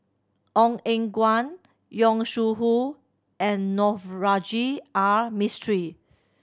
Ong Eng Guan Yong Shu Hoong and Navroji R Mistri